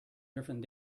different